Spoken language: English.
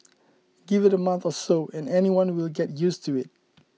give it a month or so and anyone will get used to it